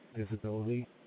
visibility